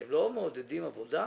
אתם לא מעודדים עבודה?